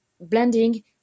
blending